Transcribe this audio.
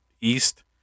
East